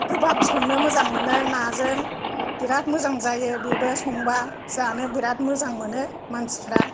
गोबाब संनो मोजां मोनो नाजों बिराद मोजां जायो बेबो संबा जानो बिराद मोजां मोनो मानसिफ्रा